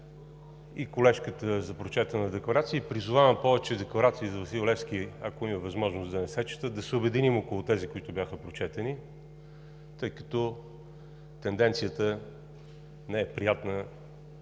и колежката за прочетената декларация. Призовавам повече декларации за Васил Левски, ако има възможност, да не се четат и да се обединим около тези, които бяха прочетени, тъй като тенденцията не е приятна